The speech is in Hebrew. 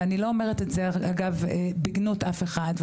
ואני לא אומרת את זה אגב בגנות אף אחד,